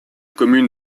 commune